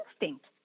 instinct